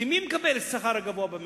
כי מיהם מקבלי השכר הגבוה במשק?